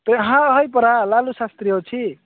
ତ ହଁ ହଁ ପରା ଲାଲୁ ଶାସ୍ତ୍ରୀ ଅଛି